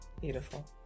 Beautiful